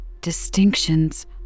distinctions